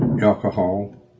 alcohol